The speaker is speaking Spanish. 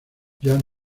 jean